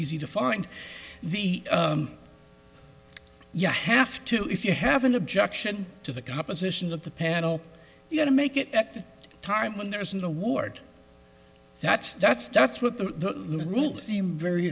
easy to find the yeah i have to if you have an objection to the composition of the panel you got to make it at the time when there is an award that's that's that's what the rules seem very